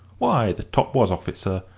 why, the top was off it, sir.